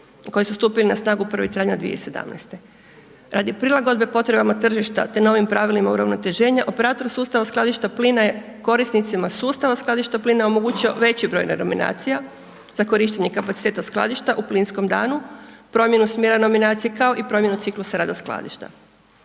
koji su stupili na snagu 1. travnja 2017. Radi prilagodbe potrebama tržišta, te novim pravilima uravnoteženja, operator sustava skladišta plina je korisnicima sustava skladišta plina omogućio veći broj renominacija za korištenje kapaciteta skladišta u plinskom danu, promjenu smjera nominacije, kao i promjenu ciklusa rada skladišta.